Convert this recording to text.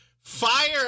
Fire